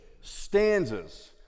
stanzas